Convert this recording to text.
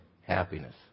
happiness